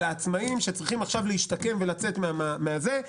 על העצמאים שצריכים עכשיו להשתקם ולצאת עכשיו מהמצב הזה,